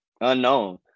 unknown